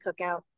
cookout